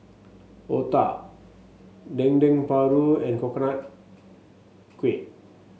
otah Dendeng Paru and Coconut Kuih